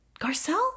Garcelle